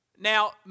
Now